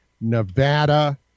Nevada